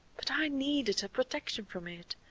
but i needed her protection from it.